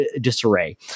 disarray